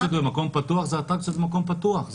אטרקציות במקום פתוח זה אטרקציות במקום פתוח,